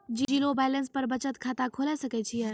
Zero balance पर बचत खाता खोले सकय छियै?